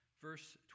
verse